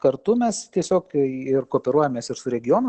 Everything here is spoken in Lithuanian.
kartu mes tiesiog ir kooperuojamės ir su regiono